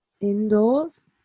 Indoors